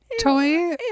toy